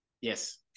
Yes